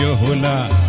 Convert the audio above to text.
hoo and